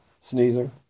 sneezing